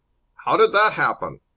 how did that happen?